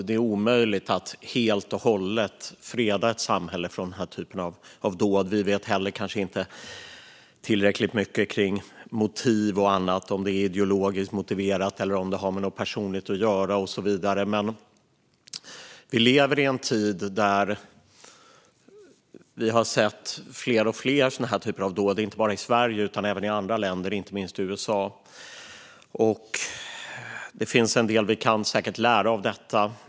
Det är omöjligt att helt och hållet freda ett samhälle från sådant. Vi vet kanske inte heller tillräckligt mycket om motiv och annat, om det är ideologiskt motiverat, något personligt och så vidare. Vi lever i en tid när vi har sett fler och fler sådana här dåd, inte bara i Sverige utan även i andra länder och inte minst i USA. Det finns säkert en del vi kan lära av detta.